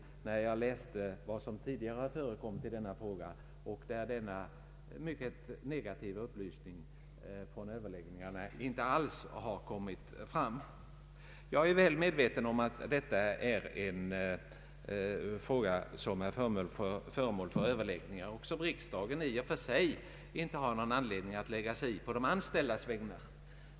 Att denna negativa inställning grundade sig på en överenskommelse med personalorganisationerna hade jag inte föreställt mig. Det har inte alls kommit fram när frågan tidigare behandlats i riksdagen. Jag är väl medveten om att detta är en fråga som är föremål för överläggningar och som riksdagen i och för sig inte har någon anledning att lägga sig i för de anställdas räkning.